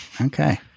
Okay